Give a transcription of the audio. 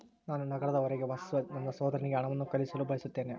ನಾನು ನಗರದ ಹೊರಗೆ ವಾಸಿಸುವ ನನ್ನ ಸಹೋದರನಿಗೆ ಹಣವನ್ನು ಕಳುಹಿಸಲು ಬಯಸುತ್ತೇನೆ